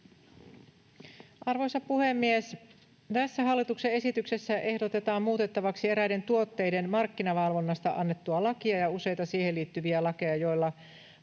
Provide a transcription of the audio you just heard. Arvoisa puhemies! Tässä hallituksen esityksessä ehdotetaan muutettavaksi eräiden tuotteiden markkinavalvonnasta annettua lakia ja useita siihen liittyviä lakeja, joilla